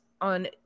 on